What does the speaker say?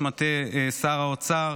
ראש מטה שר האוצר,